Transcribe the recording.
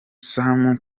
sam